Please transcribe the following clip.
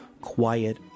Quiet